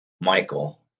Michael